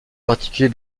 particulier